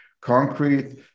concrete